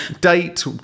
date